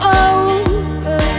over